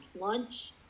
lunch